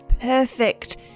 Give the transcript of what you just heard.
perfect